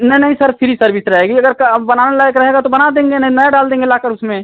नहीं नहीं sir free service रहेगी अगर बनाने लायक रहेगा तो बना देंगे नहीं नया डाल देंगे लाकर उसमें